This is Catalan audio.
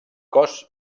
cos